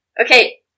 Okay